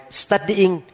studying